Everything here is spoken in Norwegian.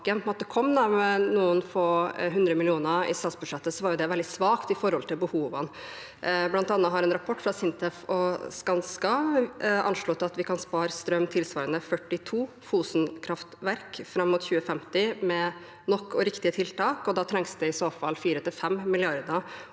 på noen få hundre millioner kom i statsbudsjettet, var det veldig svakt i forhold til behovene. Blant annet har en rapport fra SINTEF og Skanska anslått at vi kan spare strøm tilsvarende 42 Fosen-kraftverk fram mot 2050, med nok og riktige tiltak, og da trengs det i så fall 4–5 mrd.